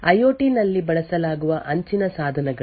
I O T ನಲ್ಲಿ ಬಳಸಲಾಗುವ ಅಂಚಿನ ಸಾಧನಗಳು